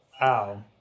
Wow